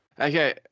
Okay